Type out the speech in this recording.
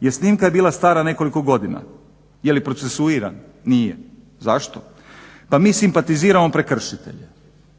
Jer snimka je bila stara nekoliko godina, je li procesuiran? Nije. Zašto? Pa mi simpatiziramo prekršitelje,